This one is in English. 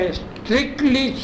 strictly